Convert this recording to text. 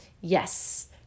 yes